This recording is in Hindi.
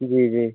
जी जी